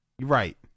Right